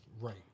right